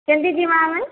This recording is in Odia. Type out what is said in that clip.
କେନ୍ତି ଜିମା ଆମେ